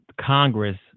congress